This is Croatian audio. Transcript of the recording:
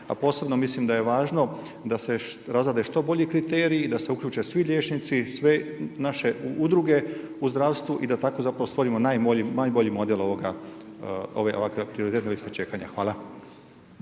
A posebno mislim da je važno, da se razrade što bolji kriteriji, da se uključuje svi liječnici sve naše udruge u zdravstvu i da tako zapravo stvorimo najbolji model ovakve prioritetne liste čekanja. Hvala.